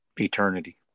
eternity